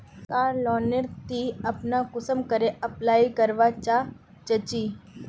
कार loan नेर ती अपना कुंसम करे अप्लाई करवा चाँ चची?